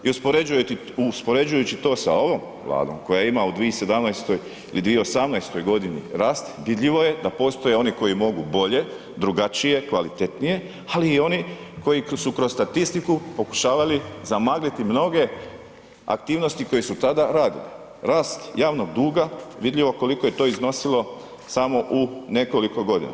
I uspoređujući to sa ovom Vladom koja ima u 2017. i 2018. g. rast, vidljivo je da postoje oni koji mogu bolje, drugačije, kvalitetnije ali i oni koji su kroz statistiku pokušavali zamagliti mnoge aktivnosti koje su tada radili, rast javnog duga, vidljivo koliko je to iznosilo samo u nekoliko godina.